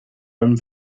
allem